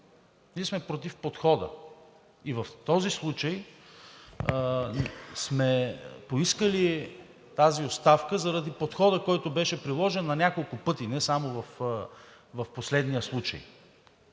ние сме против подхода. И в този случай сме поискали тази оставка заради подхода, който беше приложен на няколко пъти, не само в последния случай,